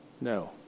No